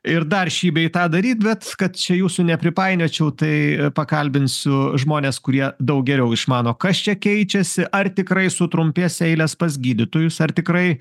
ir dar šį bei tą daryt bet kad čia jūsų nepripainiočiau tai pakalbinsiu žmones kurie daug geriau išmano kas čia keičiasi ar tikrai sutrumpės eilės pas gydytojus ar tikrai